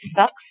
sucks